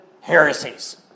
heresies